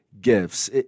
gifts